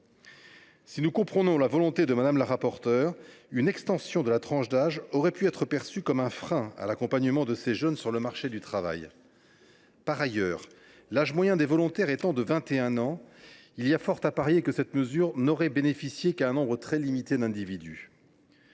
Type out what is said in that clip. Si nous comprenons la volonté de Mme la rapporteure, une extension de la tranche d’âge aurait pu être perçue comme un frein à l’accompagnement des jeunes sur le marché du travail. Par ailleurs, l’âge moyen des volontaires étant de 21 ans, il y a fort à parier que cette mesure n’aurait bénéficié qu’à un nombre très limité d’individus.